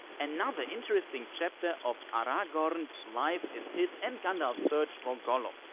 another interesting chapter of aragorn's life, is his and gandalf's search for gollum.